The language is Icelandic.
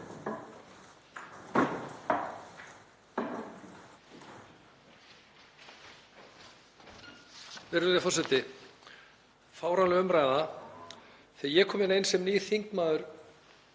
Þegar ég kom inn sem nýr þingmaður